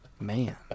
Man